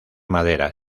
madera